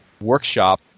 workshop